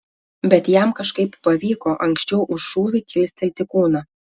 bet jam kažkaip pavyko anksčiau už šūvį kilstelti kūną